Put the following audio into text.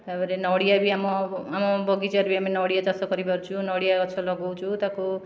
ତା'ପରେ ନଡ଼ିଆ ବି ଆମ ଆମ ବଗିଚାରେ ବି ଆମେ ନଡ଼ିଆ ଚାଷ କରିପାରୁଛୁ ନଡ଼ିଆ ଗଛ ଲଗାଉଛୁ ତାକୁ